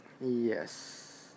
Yes